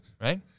right